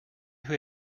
who